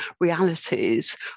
realities